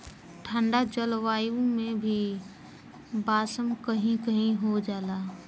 ठंडा जलवायु में भी बांस कही कही हो जाला